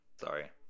Sorry